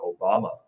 Obama